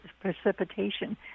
precipitation